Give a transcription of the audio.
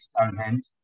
Stonehenge